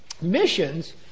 missions